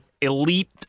elite